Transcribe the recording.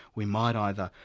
we might either,